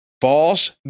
false